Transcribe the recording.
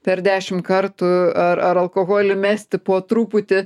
per dešim kartų ar ar alkoholį mesti po truputį